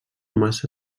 massa